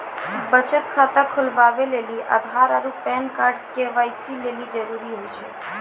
बचत खाता खोलबाबै लेली आधार आरू पैन कार्ड के.वाइ.सी लेली जरूरी होय छै